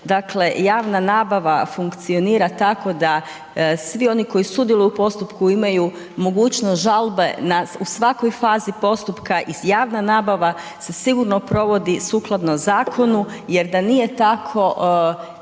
javna nabava funkcionira tako da svi oni koji sudjeluju u postupku imaju mogućnost žalbe u svakoj fazi postupka i javna nabava se sigurno provodi sukladno zakonu jer da nije tako,